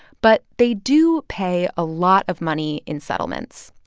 but they do pay a lot of money in settlements.